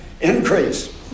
increase